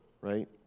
right